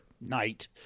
night